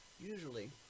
Usually